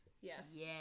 Yes